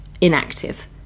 inactive